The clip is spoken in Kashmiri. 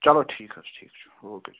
چلو ٹھیٖک حظ چھُ ٹھیٖک چھُ اوکے